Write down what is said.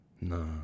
No